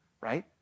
Right